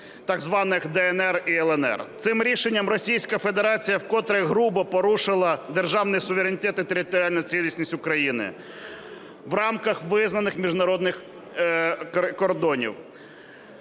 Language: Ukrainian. так званих "ДНР" і "ЛНР". Цим рішенням Російська Федерація вкотре грубо порушила державний суверенітет і територіальну цілісність України в рамках визнаних міжнародних кордонів.